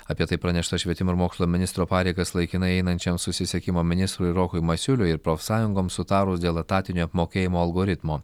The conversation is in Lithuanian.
apie tai pranešta švietimo ir mokslo ministro pareigas laikinai einančiam susisiekimo ministrui rokui masiuliui ir profsąjungoms sutarus dėl etatinio apmokėjimo algoritmo